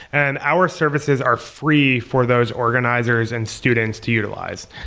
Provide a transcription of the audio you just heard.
and our services are free for those organizers and students to utilize.